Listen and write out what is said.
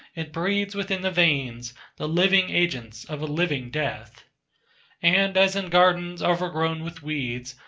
it breeds within the veins the living agents of a living death and as in gardens overgrown with weeds,